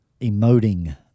emoting